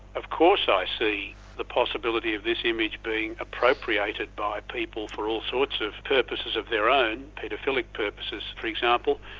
of course i see the possibility of this image being appropriated by people for all sorts of purposes of their own, paedophilic purposes for example,